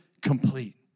complete